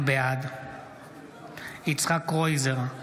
בעד יצחק קרויזר,